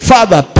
Father